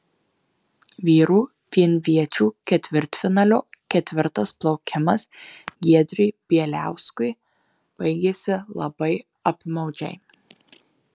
vyrų vienviečių ketvirtfinalio ketvirtas plaukimas giedriui bieliauskui baigėsi labai apmaudžiai